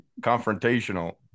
confrontational